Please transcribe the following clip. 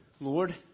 Lord